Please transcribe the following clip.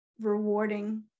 rewarding